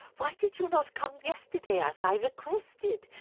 why did you not come yesterday, as i requested?